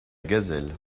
gazelle